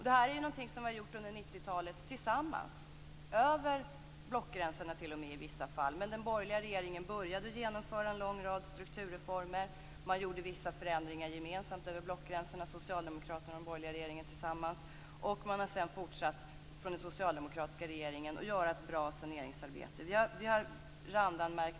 Detta är någonting som vi har gjort under 90-talet tillsammans över blockgränserna t.o.m. i vissa fall, men den borgerliga regeringen började att genomföra en lång rad strukturreformer. Socialdemokraterna och den borgerliga regeringen gjorde tillsammans vissa förändringar gemensamt över blockgränserna. Den socialdemokratiska regeringen har sedan fortsatt att göra ett bra saneringsarbete.